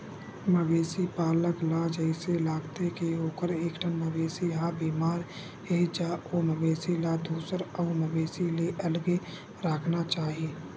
मवेशी पालक ल जइसे लागथे के ओखर एकठन मवेशी ह बेमार हे ज ओ मवेशी ल दूसर अउ मवेशी ले अलगे राखना चाही